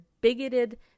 bigoted